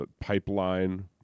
pipeline